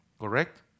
correct